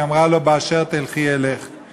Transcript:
היא אמרה לה: "באשר תלכי אלך";